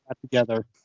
together